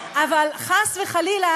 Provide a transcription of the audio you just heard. חברי